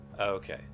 Okay